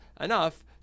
enough